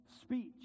speech